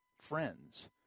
friends